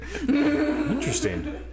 Interesting